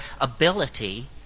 ability